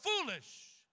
foolish